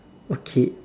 okay